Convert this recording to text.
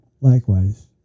Likewise